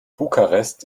bukarest